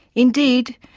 indeed,